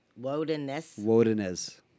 Wodeness